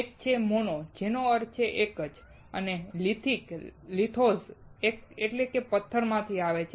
એક છે મોનો જેનો અર્થ એક જ છે અને લિથિક લિથોઝ એટલે કે પથ્થરમાંથી આવે છે